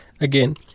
Again